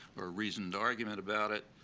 or reasoned argument about it.